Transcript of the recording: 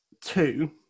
two